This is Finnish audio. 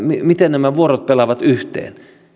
miten nämä vuorot pelaavat yhteen